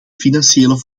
financiële